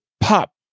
Pop